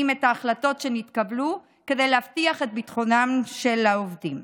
את ההחלטות שנתקבלו כדי להבטיח את ביטחונם של העובדים.